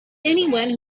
anyone